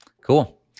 Cool